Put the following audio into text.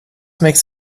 makes